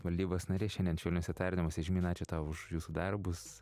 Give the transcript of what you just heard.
valdybos narė šiandien švelniuose tardymuose žemyna ačiū tau už jūsų darbus